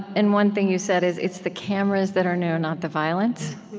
and one thing you said is, it's the cameras that are new, not the violence.